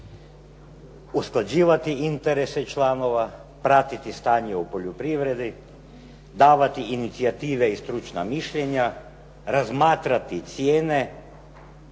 usklađivati interese članova, pratiti stanje u poljoprivredi, davati inicijative i stručna mišljenja, razmatrati cijene,